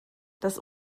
das